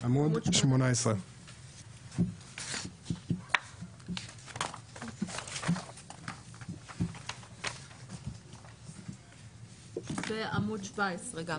עמוד 18. ועמוד 17 גם.